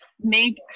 make